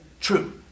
true